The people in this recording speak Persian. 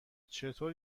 چطور